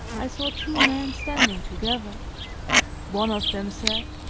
i saw two men standing together one of them said